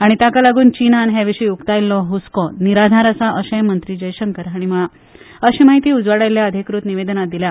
आनी ताकालागून चीनान हे विशी उक्तायल्लो हस्को निराधार आसा अशेय मंषी जयशंकर हाणी म्हळा अशी म्हायती उजवाडायल्ल्या अधिकृत निवेदनात दिल्या